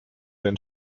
den